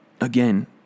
again